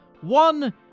One